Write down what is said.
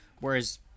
Whereas